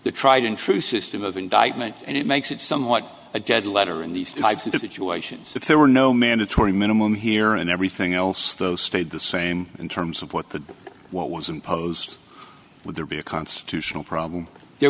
the tried and true system of indictment and it makes it somewhat a dead letter in these types of the situations if there were no mandatory minimum here and everything else those stayed the same in terms of what the what was imposed would there be a constitutional problem there